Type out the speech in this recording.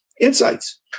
insights